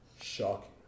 Shocking